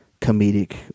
comedic